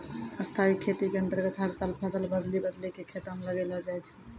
स्थाई खेती के अन्तर्गत हर साल फसल बदली बदली कॅ खेतों म लगैलो जाय छै